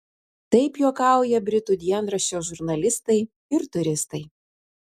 taip juokauja britų dienraščio žurnalistai ir turistai